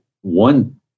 one